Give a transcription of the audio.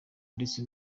ndetse